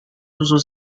susu